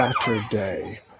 Saturday